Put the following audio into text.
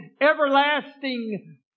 Everlasting